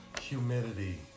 Humidity